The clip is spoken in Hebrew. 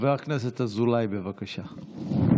חבר הכנסת אזולאי, בבקשה.